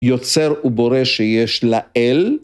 יוצר ובורא שיש לאל.